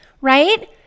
Right